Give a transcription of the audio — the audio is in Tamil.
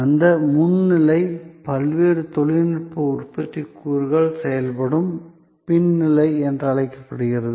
அந்த முன் நிலை பல்வேறு தொழில்நுட்ப உற்பத்தி கூறுகள் செயல்படும் பின் நிலை என்று அழைக்கப்படுகிறது